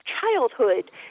childhood